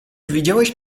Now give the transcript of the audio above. widziałeś